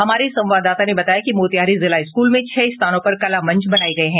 हमारे संवाददाता ने बताया कि मोतिहारी जिला स्कूल में छह स्थानों पर कला मंच बनाये गये हैं